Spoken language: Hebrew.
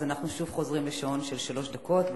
אנחנו חוזרים לשעון של שלוש דקות.